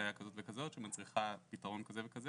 בעיה כזאת וכזאת שמצריכה פתרון כזה וכזה